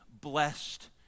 blessed